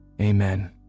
Amen